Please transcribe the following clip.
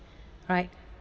right